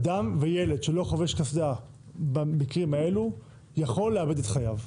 אדם וילד שלא חובש קסדה במקרים האלה יכול לאבד את חייו.